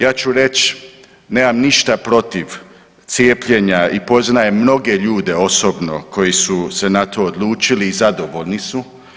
Ja ću reć nemam ništa protiv cijepljenja i poznajem mnoge ljude osobno koji su se na to odlučili i zadovoljni su.